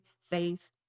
faith